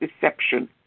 deception